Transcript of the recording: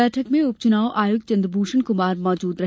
बैठक में उप चुनाव आयुक्त चन्द्रभूषण कमार मौजूद रहे